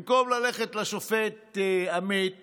במקום ללכת לשופט עמית